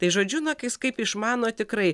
tai žodžiu na kais kaip išmano tikrai